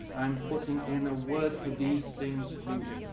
i'm putting in a word for these things mute.